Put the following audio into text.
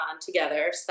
together